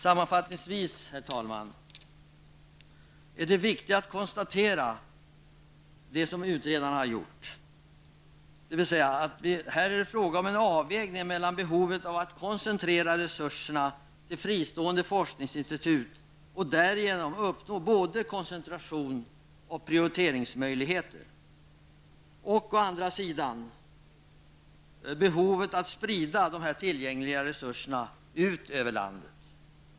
Sammanfattningsvis, herr talman, är det viktigt att konstatera, som utredarna har gjort, att det här är fråga om en avvägning mellan å ena sidan behovet av att koncentrera resurserna till fristående forskningsinstitut och därigenom uppnå både koncentration och prioriteringsmöjligheter, och å andra sidan behovet att sprida dessa tillgängliga resurser ut över landet.